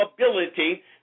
ability